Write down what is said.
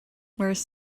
whereas